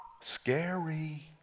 Scary